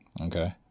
okay